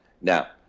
Now